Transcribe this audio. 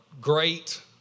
great